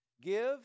Give